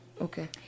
Okay